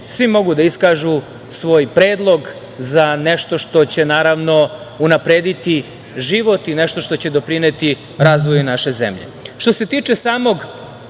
svi mogu da iskažu svoj predlog za nešto što će, naravno, unaprediti život i nešto što će doprineti razvoju naše zemlje. Što